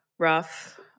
Rough